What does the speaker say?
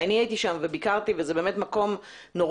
ואני ביקרתי שם וזה באמת מקום נוראי